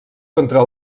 contra